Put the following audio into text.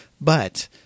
but-